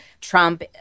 Trump